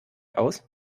aus